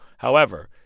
however,